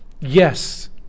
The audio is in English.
Yes